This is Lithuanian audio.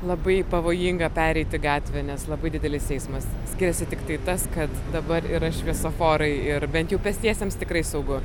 labai pavojinga pereiti gatvę nes labai didelis eismas skiriasi tiktai tas kad dabar yra šviesoforai ir bent jau pėstiesiems tikrai saugu